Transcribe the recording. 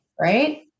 right